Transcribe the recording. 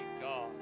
god